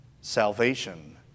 salvation